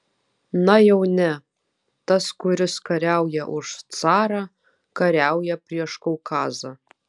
na jau ne tas kuris kariauja už carą kariauja prieš kaukazą